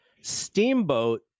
Steamboat